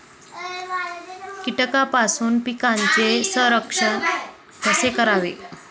कीटकांपासून पिकांचे संरक्षण कसे करावे?